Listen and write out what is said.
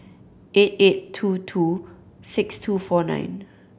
eight eight two two six two four nine